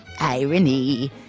Irony